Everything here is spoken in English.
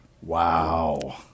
Wow